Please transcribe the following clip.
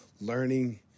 learning